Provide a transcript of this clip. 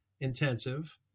intensive